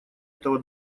этого